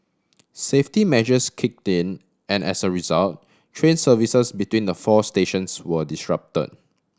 safety measures kicked in and as a result train services between the four stations were disrupt